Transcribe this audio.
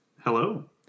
Hello